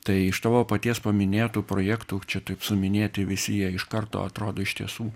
tai iš tavo paties paminėtų projektų čia taip suminėti visi jie iš karto atrodo iš tiesų